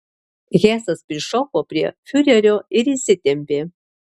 hesas prišoko prie fiurerio ir išsitempė